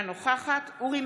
אינה נוכחת אורי